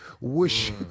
Wish